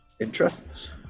interests